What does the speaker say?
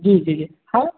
जी जी जी है